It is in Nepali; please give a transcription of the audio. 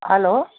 हेलो